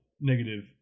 negative